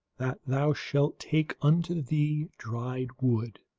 that thou shalt take unto thee dry wood,